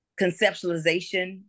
conceptualization